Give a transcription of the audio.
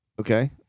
Okay